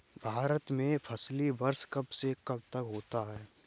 भारत में फसली वर्ष कब से कब तक होता है?